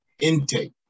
intake